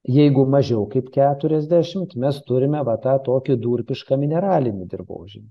jeigu mažiau kaip keturiasdešimt mes turime va tą tokį durpišką mineralinį dirvožemį